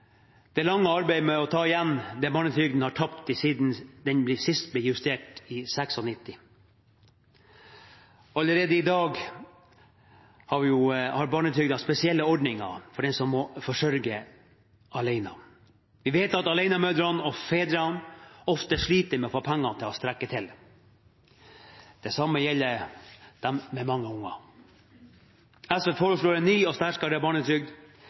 det lange arbeidet med å ta igjen det barnetrygden har tapt siden den sist ble justert i 1996. Allerede i dag er det i barnetrygden spesielle ordninger for dem som må forsørge alene. Vi vet at alenemødrene og -fedrene ofte sliter med å få pengene til å strekke til. Det samme gjelder dem med mange unger. SV foreslår en ny og sterkere barnetrygd